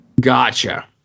gotcha